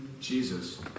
Jesus